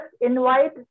invite